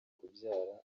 kubyara